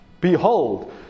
behold